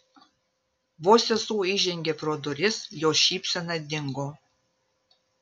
vos sesuo įžengė pro duris jos šypsena dingo